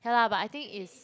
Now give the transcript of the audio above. K lah but I think is